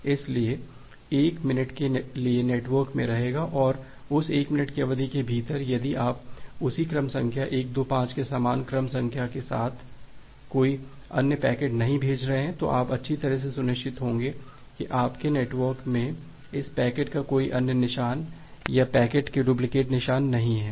इसलिए packet 1 minute के लिए नेटवर्क में रहेगा और उस 1 मिनट की अवधि के भीतर यदि आप उसी क्रम संख्या 125 के समान क्रम संख्या के साथ कोई अन्य पैकेट नहीं भेज रहे हैं तो आप अच्छी तरह से सुनिश्चित होंगे कि आपके नेटवर्क में इस पैकेट का कोई अन्य निशान या पैकेट के डुप्लिकेट निशान नहीं होगा